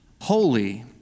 Holy